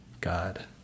God